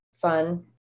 fun